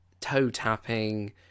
toe-tapping